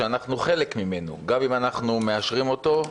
שאנחנו חלק ממנו גם אם אנחנו מאשרים אותו.